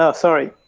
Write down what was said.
ah sorry,